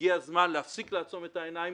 הגיע הזמן להפסיק לעצום את העיניים,